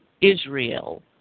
Israel